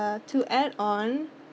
uh to add on